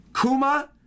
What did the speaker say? kuma